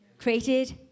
Created